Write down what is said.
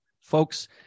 folks